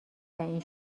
تعیین